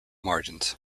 margins